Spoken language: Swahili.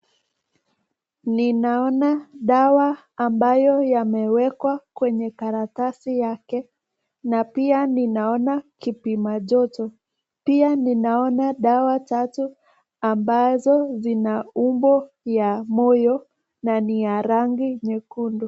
Ninaona dawa ambayo yamewekwa kwenye karatasi yake na pia ninaona kipima joto. Pia ninaona dawa tatu ambazo zina umbo ya moyo na ni ya rangi nyekundu.